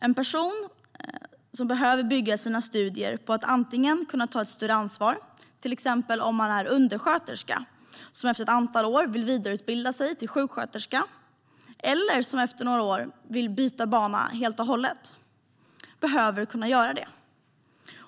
En person som behöver bygga på sina studier för att antingen kunna ta ett större ansvar, till exempel om man är undersköterska och efter ett antal år vill vidareutbilda sig till sjuksköterska, eller för att efter några år kunna byta bana helt och hållet ska kunna göra det.